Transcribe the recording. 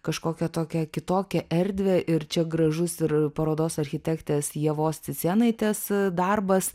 kažkokią tokią kitokią erdvę ir čia gražus ir parodos architektės ievos cicėnaitės darbas